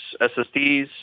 SSDs